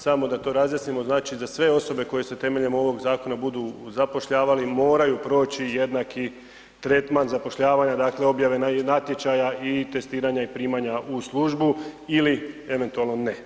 Samo da to razjasnimo, znači za sve osobe koje se temeljem ovog zakona budu zapošljavali moraju proći jednaki tretman zapošljavanja, dakle objave natječaja i testiranja i primanja u službu ili eventualno ne.